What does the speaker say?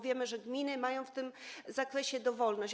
Wiemy, że gminy mają w tym zakresie dowolność.